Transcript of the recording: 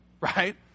right